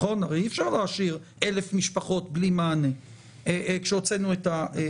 הרי אי אפשר להשאיר 1,000 משפחות בלי מענה כשהוצאנו את העובדים.